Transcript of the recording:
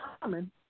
common